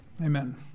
Amen